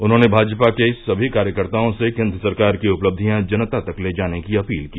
उन्होंने भाजपा के सभी कार्यकर्ताओं से केन्द्र सरकार की उपलब्धियां जनता तक ले जाने की अपील की